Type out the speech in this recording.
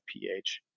ph